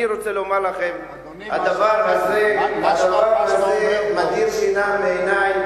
אני רוצה לומר לכם: הדבר הזה מדיר שינה מעיני.